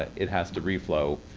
it has to reflow.